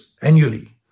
annually